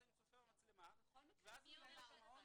ואז אני צופה במצלמה --- מי אומר לך את זה?